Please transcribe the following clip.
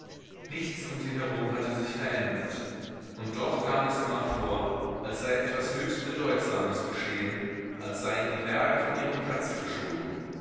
nichts um sie herum hatte sich verändert und doch kam es emma vor als sei etwas höchst bedeutsames geschehen als seien die berge von ihrem platze geschoben